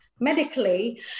medically